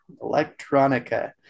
Electronica